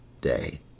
day